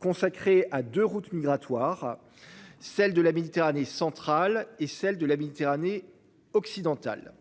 consacré à de route migratoire. Celle de la Méditerranée centrale est celle de la Méditerranée occidentale,